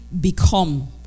become